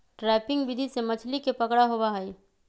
trapping विधि से मछली के पकड़ा होबा हई